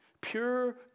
pure